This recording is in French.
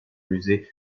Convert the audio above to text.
musées